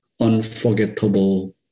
unforgettable